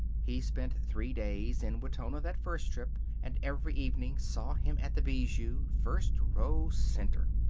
he spent three days in wetona that first trip, and every evening saw him at the bijou, first row, center.